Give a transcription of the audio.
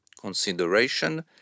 consideration